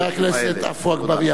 חבר הכנסת עפו אגבאריה,